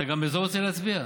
אתה גם על זה רוצה להצביע?